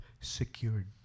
Secured